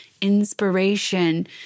inspiration